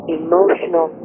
emotional